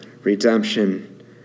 redemption